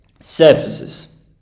surfaces